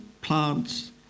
plants